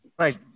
Right